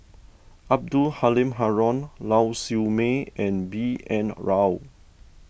Abdul Halim Haron Lau Siew Mei and B N Rao